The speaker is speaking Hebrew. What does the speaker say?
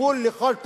גבול לכל תעלול.